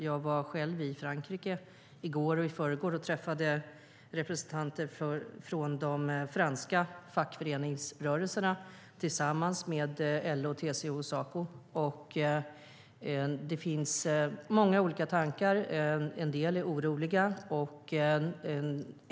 Jag var själv i Frankrike i går och i förrgår och träffade representanter från de franska fackföreningsrörelserna tillsammans med LO, TCO och Saco. Det finns många olika tankar. En del är oroliga.